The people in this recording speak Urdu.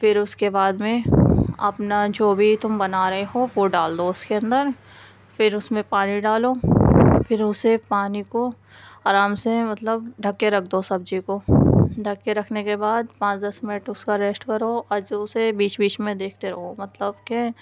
پھر اس کے بعد میں اپنا جو بھی تم بنا رہے ہو وہ ڈال دو اس کے اندر پھر اس میں پانی ڈالو پھر اسے پانی کو آرام سے مطلب ڈھک کے رکھ دو سبزی کو ڈھک کے رکھنے کے بعد پانچ دس منٹ اس کا ریسٹ کرو اور جو اسے بیچ بیچ میں دیکھتے رہو مطلب کہ